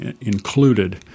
included